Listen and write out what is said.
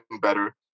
better